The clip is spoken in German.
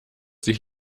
sich